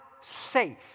safe